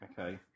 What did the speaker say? Okay